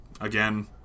again